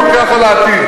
אפשר להתווכח על העתיד.